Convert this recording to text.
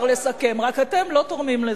על זה אפשר לסכם, רק אתם לא תורמים לזה.